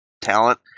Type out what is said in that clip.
talent